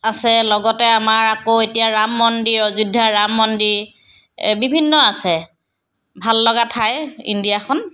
আছে লগতে আমাৰ আকৌ এতিয়া ৰাম মন্দিৰ অয্যোধাৰ ৰাম মন্দিৰ এ বিভিন্ন আছে ভাল লগা ঠাই ইণ্ডিয়াখন